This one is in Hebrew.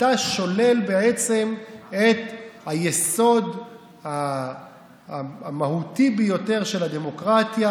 אתה שולל בעצם את היסוד המהותי ביותר של הדמוקרטיה,